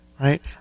right